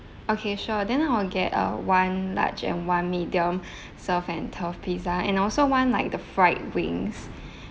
okay sure then I will get a one large and one medium surf and turf pizza and also one like the fried wings